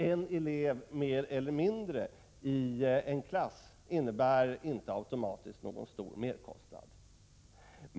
En elev mer i en klass innebär inte automatiskt någon stor merkostnad.